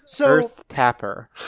Earth-tapper